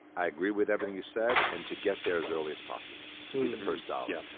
i agree with everything you said and to get there as early as possible, to be the first dollar. yeah